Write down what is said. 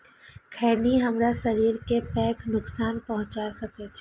खैनी हमरा शरीर कें पैघ नुकसान पहुंचा सकै छै